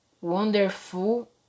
wonderful